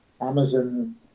Amazon